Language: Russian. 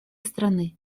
страны